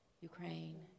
Ukraine